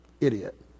idiot